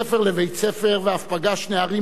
ואף פגש נערים ונערות כאן,